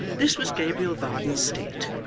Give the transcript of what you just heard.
this was gabriel varden's state,